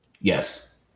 yes